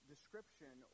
description